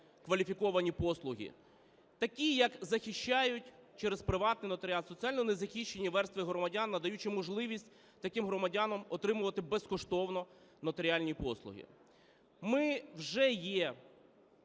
кваліфіковані послуги. Такі, які захищають через приватний нотаріат соціально незахищені верстви громадян, надаючи можливість таким громадянам отримувати безкоштовно нотаріальні послуги. Ми вже є